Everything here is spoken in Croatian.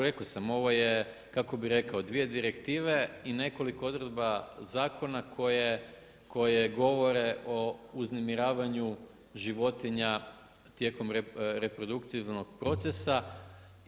Rekao sam ovo je kako bih rekao dvije direktive i nekoliko odredba zakona koje govore o uznemiravanju životinja tijekom reprodukcijskog procesa.